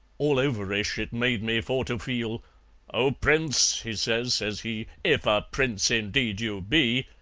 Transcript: all-overish it made me for to feel oh, prince, he says, says he, if a prince indeed you be,